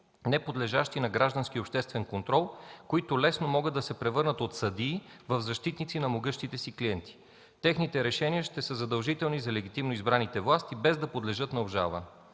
неподлежащи на граждански и обществен контрол, които лесно могат да се превърнат от съдии в защитници на могъщите си клиенти. Техните решения ще са задължителни за легитимно избраните власти, без да подлежат на обжалване.